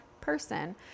person